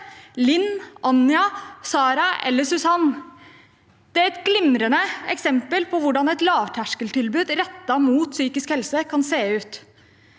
Linn, Anja, Sarah eller Susan. Dette er et glimrende eksempel på hvordan et lavterskeltilbud rettet mot psykisk helse kan se ut.